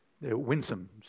Winsome